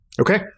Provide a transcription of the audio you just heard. Okay